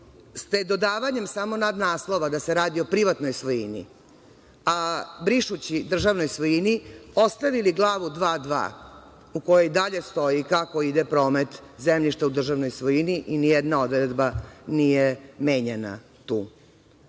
ste dodavanjem samo nadnaslova da se radi o privatnoj svojini, brišući - državnoj svojini, ostavili Glavu 2.2 u kojoj i dalje stoji kako ide promet zemljišta u državnoj svojini i nijedna odredba nije menjana tu.